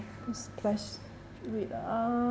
whose press read uh